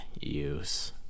use